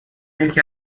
یکی